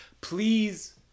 Please